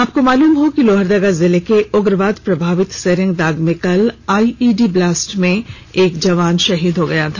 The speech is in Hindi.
आपको मालूम हो कि लोहरदगा जिले के उग्रवाद प्रभावित सेरेंगदाग में कल आईईडी ब्लास्ट में एक जवान शहीद हो गया था